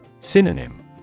Synonym